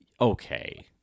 Okay